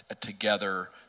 together